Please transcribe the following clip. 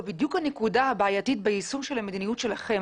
בדיוק הנקודה הבעייתית ביישום המדיניות שלכם.